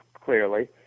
clearly